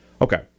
Okay